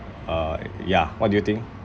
uh ya what do you think